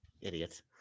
Idiot